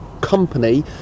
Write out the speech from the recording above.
company